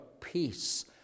peace